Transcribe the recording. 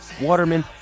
Waterman